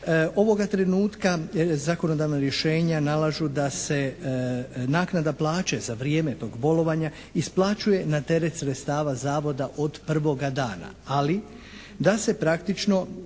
ovoga trenutka zakonodavna rješenja nalažu da se naknada plaće za vrijeme tog bolovanja isplaćuje na teret sredstava Zavoda od prvoga dana, ali da se praktično